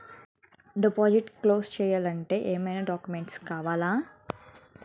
Deposit close చేయాలి అంటే ఏమైనా డాక్యుమెంట్స్ కావాలా?